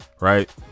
right